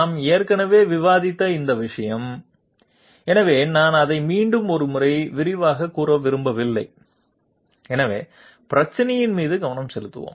நாம் ஏற்கனவே விவாதித்த இந்த விஷயம் எனவே நான் அதை மீண்டும் ஒரு முறை விரிவாகக் கூற விரும்பவில்லை எனவே பிரச்சினையின் மீது கவனம் செலுத்துவோம்